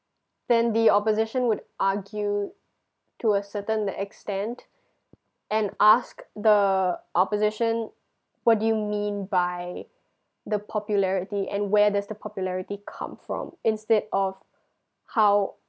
then the opposition would argue to a certain extent and ask the opposition what do you mean by the popularity and where does the popularity come from instead of how